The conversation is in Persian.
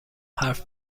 حرف